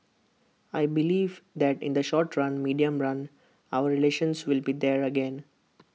I believe that in the short run medium run our relations will be there again